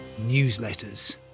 newsletters